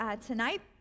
tonight